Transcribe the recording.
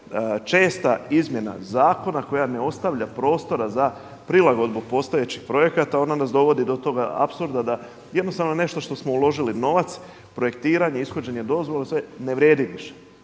Česta izmjena zakona koja ne ostavlja prostora za prilagodbu postojećih projekata onda nas dovodi do toga apsurda da jednostavno nešto što smo uložili novac, projektiranje, ishođenje dozvola ne vrijedi više.